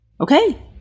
Okay